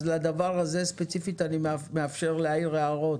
אז לדבר הזה ספציפית אני מאשר להעיר הערות,